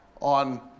on